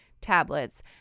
tablets